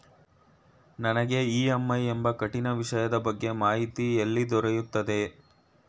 ನನಗೆ ಇ.ಎಂ.ಐ ಎಂಬ ಕಠಿಣ ವಿಷಯದ ಬಗ್ಗೆ ಮಾಹಿತಿ ಎಲ್ಲಿ ದೊರೆಯುತ್ತದೆಯೇ?